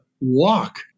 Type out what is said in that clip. walk